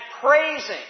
praising